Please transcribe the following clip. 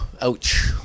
ouch